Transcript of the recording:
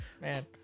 Man